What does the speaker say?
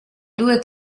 due